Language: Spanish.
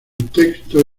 texto